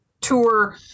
tour